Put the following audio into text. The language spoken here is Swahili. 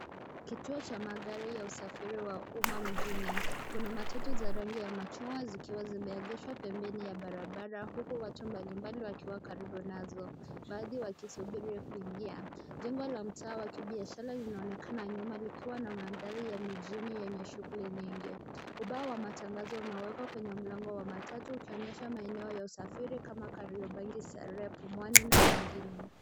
Kituo cha magari ya usafiri wa umaa mjini. Kuna matatu za rangi ya machungwa zikiwa zimeegeshwa pembeni ya barabara huku watu mbalimbali wakiwa karibu nazo. Baadhi wakisubiri kuingia. Jengo la mtaa wakibiashara linaonekana nyuma likiwa na mandhari ya mijini yenye shughuli nyingi. Ubao wa matangazo umewekwa kwenye mlango wa matatu ukionyesha maeneo ya usafiri kama Kariobangi, Starehe, Pumwani na mengine.